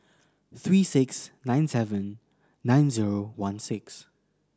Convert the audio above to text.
three six nine seven nine zero one six